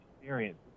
experience